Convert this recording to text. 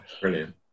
Brilliant